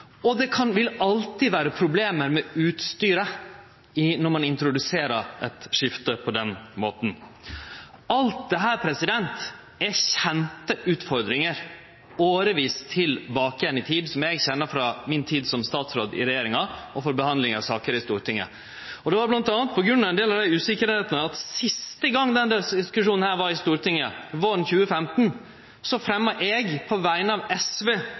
høyrt. Der kan det òg liggje utfordringar, der DAB ikkje har ein mellomting enkelte stader, og det vil alltid vere problem med utstyret når ein introduserer eit skifte på denne måten. Alt dette er kjente utfordringar frå årevis tilbake, som eg kjenner frå mi tid som statsråd og frå behandlinga av saker i Stortinget. Det var bl.a. på grunn av ein del av denne usikkerheita at siste gongen denne diskusjonen var i Stortinget – våren 2015 – fremja eg på vegner av SV